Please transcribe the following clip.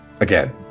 again